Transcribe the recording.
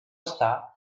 estar